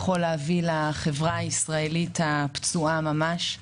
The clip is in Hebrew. יכול להביא לחברה הישראלית הפצועה ממש.